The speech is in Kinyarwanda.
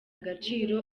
agaciro